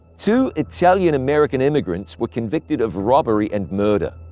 two italian-american immigrants were convicted of robbery and murder.